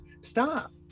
stop